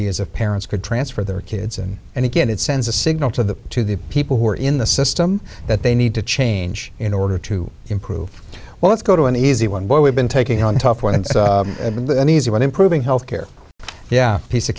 be as a parents could transfer their kids in and again it sends a signal to the to the people who are in the system that they need to change in order to improve well let's go to an easy one where we've been taking on a tough one it's an easy one improving health care yeah piece of